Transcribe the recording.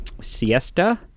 siesta